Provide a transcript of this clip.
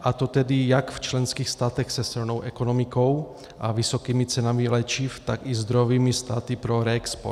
a to tedy jak v členských státech se silnou ekonomikou a vysokými cenami léčiv, tak i zdrojovými státy pro reexport.